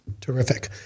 Terrific